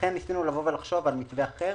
לכן ניסינו לחשוב על מתווה אחר